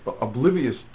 oblivious